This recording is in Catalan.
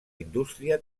indústria